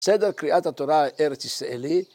סדר קריאת התורה ארצישראלי.